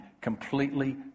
completely